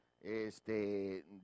Este